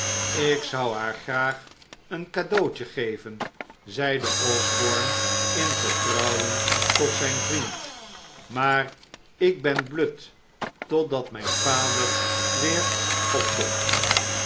ik zou haar graag een cadeautje geven zeide osborne in vertrouwen tot zijn vriend maar ik ben blut totdat mijn vader weer opdokt